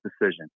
decision